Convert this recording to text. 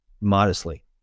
modestly